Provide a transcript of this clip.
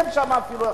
אין שם אפילו אחת.